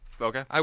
Okay